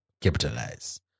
Capitalize